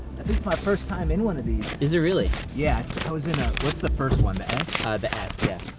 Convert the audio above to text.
it's my first time in one of these. is it really? yeah, i was in, ah what's the first one, the s? the s, yeah.